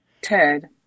Ted